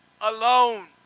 alone